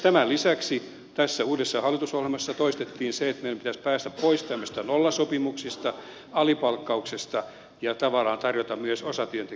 tämän lisäksi tässä uudessa hallitusohjelmassa toistettiin se että meidän pitäisi päästä pois tämmöisistä nollasopimuksista alipalkkauksesta ja tavallaan tarjota myös osatyöntekijöille lisätyötunteja